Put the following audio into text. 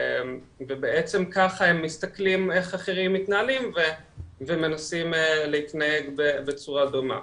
ובעצם ככה הם מסתכלים איך אחרים מתנהלים ומנסים להתנהג בצורה דומה,